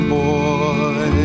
boy